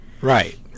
Right